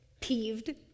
peeved